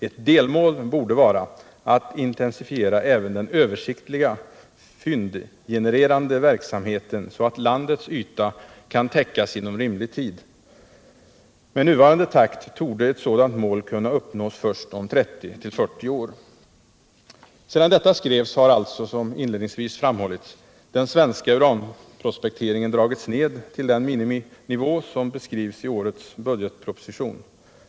Ett delmål borde vara att intensifiera även den översiktliga, fyndgenererande verksamheten så att landets yta kan täckas inom rimlig tid. Med nuvarande takt torde ett sådant mål kunna uppnås först om 30-40 år.” Sedan detta skrevs har alltså, som inledningsvis framhållits, den svenska uranprospekteringen dragits ned till den miniminivå som beskrivs i årets budgetproposition.